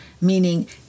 meaning